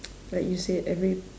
like you said every